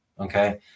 Okay